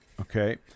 Okay